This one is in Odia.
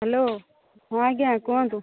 ହେଲୋ ହଁ ଆଜ୍ଞା କୁହନ୍ତୁ